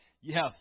Yes